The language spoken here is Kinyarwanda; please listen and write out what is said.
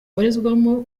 abarizwamo